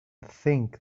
think